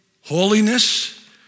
holiness